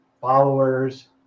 followers